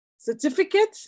Certificate